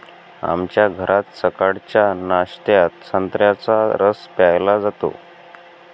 आमच्या घरात सकाळच्या नाश्त्यात संत्र्याचा रस प्यायला जातो